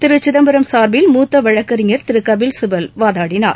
திரு சிதம்பரம் சாா்பில் மூத்த வழக்கறிஞர் திரு கபில் சிபல் வாதாடினார்